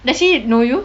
does she know you